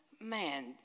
man